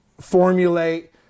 formulate